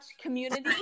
community